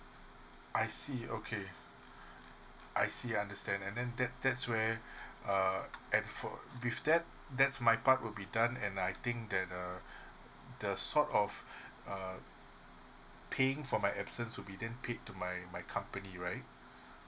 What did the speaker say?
I see okay I see understand and then that's that's where uh and for with that that's my part will be done and I think that err that sort of uh paying for my absence will be then paid to my my company right